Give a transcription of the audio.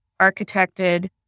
architected